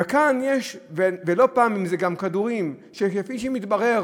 לא פעם זה גם כדורים, שכפי שמתברר